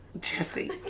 Jesse